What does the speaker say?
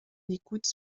l’écoute